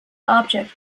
object